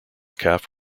calf